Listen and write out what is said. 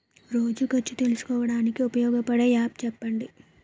రోజు ఖర్చు తెలుసుకోవడానికి ఉపయోగపడే యాప్ చెప్పండీ?